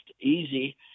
easy